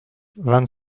vingt